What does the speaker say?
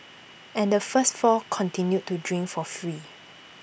and the first four continued to drink for free